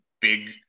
big